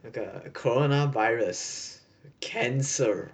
那个 corona virus cancer